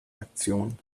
aktion